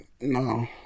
no